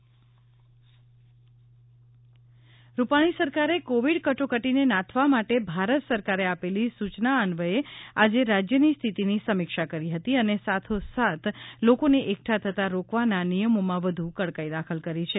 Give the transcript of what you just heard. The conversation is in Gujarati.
વધુ શહેરમાં રાત્રિ કરફ્યુ રૂપાણી સરકારે કોવિડ કટોકટીને નાથવા માટે ભારત સરકારે આપેલી સૂચના અન્વયે આજે રાજ્યની સ્થિતિની સમિક્ષા કરી હતી અને સાથોસાથ લોકોને એકઠા થતાં રોકવાના નિયમોમાં વધુ કડકાઈ દાખલ કરી છે